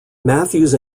matthews